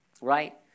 right